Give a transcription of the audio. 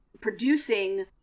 producing